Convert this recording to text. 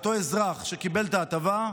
לאותו אזרח שקיבל את ההטבה,